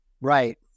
Right